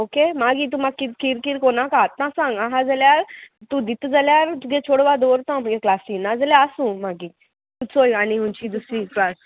okay मागी तूं म्हाका किद किर किर कोनाका आत ना सांग आहा जाल्यार तूं दित जाल्यार तुगे चोडवां दवरता म्हगे क्लासीन ना जाल्यार आसूं मागी चोय आनी खंयची दुसरी क्लास